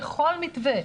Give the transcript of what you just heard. לכל מתווה,